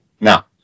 Now